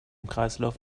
kreislauf